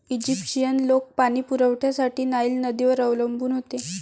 Egyptian लोक पाणी पुरवठ्यासाठी नाईल नदीवर अवलंबून होते